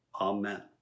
Amen